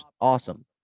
awesome